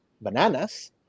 bananas